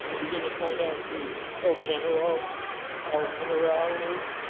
ah we going to find out who el general el general is?